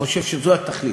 הוא חושב שזו התכלית,